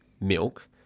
milk